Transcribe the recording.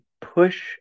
push